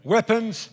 Weapons